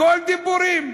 הכול דיבורים.